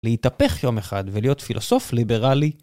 להתהפך יום אחד ולהיות פילוסוף ליברלי.